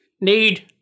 Need